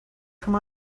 come